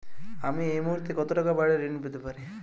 আমি এই মুহূর্তে কত টাকা বাড়ীর ঋণ পেতে পারি?